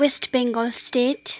West Bengal state